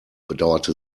bedauerte